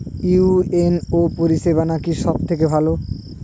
UNO পরিসেবা নাকি সব থেকে ভালো?